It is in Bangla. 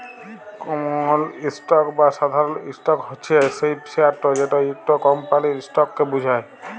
কমল ইসটক বা সাধারল ইসটক হছে সেই শেয়ারট যেট ইকট কমপালির ইসটককে বুঝায়